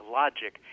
logic